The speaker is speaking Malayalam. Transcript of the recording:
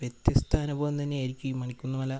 വൃതൃസ്ത അനുഭവം തന്നെയായിരിക്കും ഈ മണിക്കുന്ന് മല